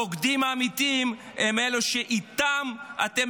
הבוגדים האמיתיים הם אלה שאיתם אתם